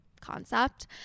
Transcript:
concept